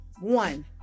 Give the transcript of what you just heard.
one